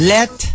Let